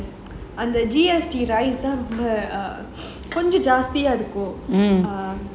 அந்த:antha G_S_T தான் கொஞ்சம் ஜாஸ்தியா இருக்கும்:thaan konjam jaasthiya irukum